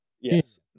Yes